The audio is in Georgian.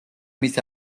მის